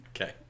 okay